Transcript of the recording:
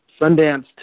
Sundance